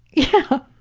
yeah.